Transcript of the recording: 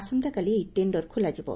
ଆସନ୍ତାକାଲି ଏହି ଟେଣ୍ଡର ଖୋଲାଯିବ